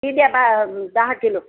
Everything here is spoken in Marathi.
ती द्या बा दहा किलो